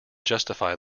justify